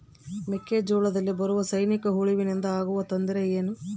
ಮೆಕ್ಕೆಜೋಳದಲ್ಲಿ ಬರುವ ಸೈನಿಕಹುಳುವಿನಿಂದ ಆಗುವ ತೊಂದರೆ ಏನು?